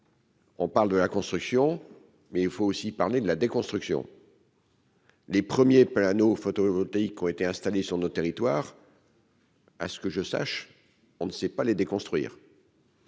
On parle de la construction, mais il faut aussi parler de la déconstruction. Les premiers panneaux photovoltaïques ont été installés sur notre territoire. à ce que je sache, on ne sait pas les déconstruire.